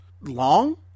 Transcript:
long